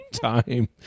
time